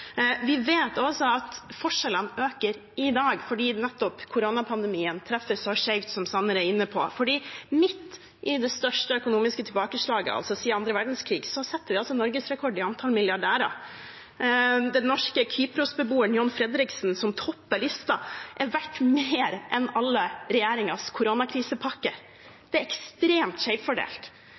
Vi vet også at forskjellene øker i dag fordi koronapandemien nettopp treffer så skjevt, som Sanner er inne på. Midt i det største økonomiske tilbakeslaget siden den andre verdenskrigen setter vi altså norgesrekord i antallet milliardærer. Den norske kyprosbeboeren John Fredriksen, som topper listen, er verdt mer enn alle regjeringens koronakrisepakker. Det er ekstremt